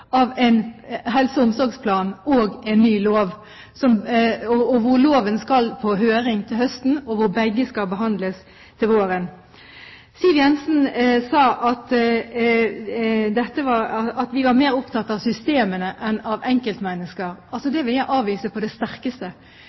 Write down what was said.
av en helse- og omsorgsplan og en ny lov. Loven skal på høring til høsten, og begge skal behandles til våren. Siv Jensen sa at vi var mer opptatt av systemene enn av enkeltmennesker. Det vil jeg avvise på det sterkeste.